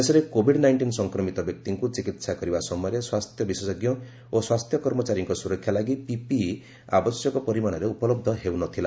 ଦେଶରେ COVID nineteen ସଂକ୍ରମିତ ବ୍ୟକ୍ତିଙ୍କୁ ଚିକିତ୍ସା କରିବା ସମୟରେ ସ୍ୱାସ୍ଥ୍ୟ ବିଶେଷଜ୍ଞ ଓ ସ୍ୱାସ୍ଥ୍ୟ କର୍ମଚାରୀଙ୍କ ସୁରକ୍ଷା ଲାଗି ପିପିଇ ଆବଶ୍ୟକ ପରିମାଣରେ ଉପଲବ୍ଧ ହେଉନଥିଲା